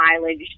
mileage